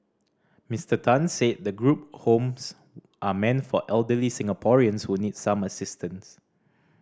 Mister Tan said the group homes are meant for elderly Singaporeans who need some assistance